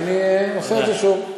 אז אני עושה את זה שוב.